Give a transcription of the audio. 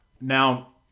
Now